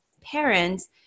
parents